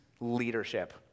leadership